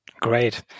Great